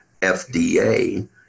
FDA